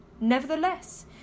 Nevertheless